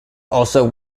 also